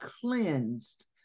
cleansed